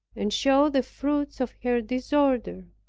and show the fruits of her disorder.